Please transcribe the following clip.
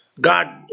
God